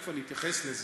תכף אני אתייחס לזה.